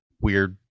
weird